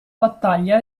battaglia